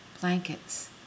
blankets